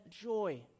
joy